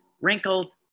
wrinkled